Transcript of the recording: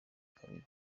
kabiri